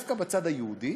דווקא בצד היהודי,